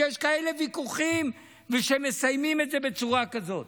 שיש כאלה ויכוחים ושהם מסיימים את זה בצורה כזאת.